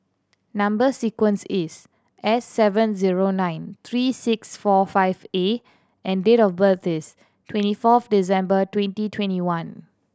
number sequence is S seven zero nine three six four five A and date of birth is twenty fourth December twenty twenty one